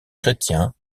chrétien